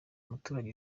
muturage